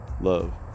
love